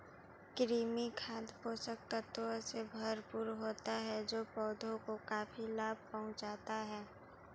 कृमि खाद पोषक तत्वों से भरपूर होता है जो पौधों को काफी लाभ पहुँचाता है